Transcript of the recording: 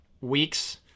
weeks